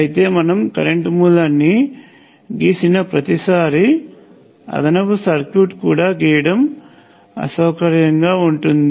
అయితే మనం కరెంట్ మూలాన్ని గీసిన ప్రతిసారీ అదనపు సర్క్యూట్ కూడా గీయటం అసౌకర్యంగా ఉంటుంది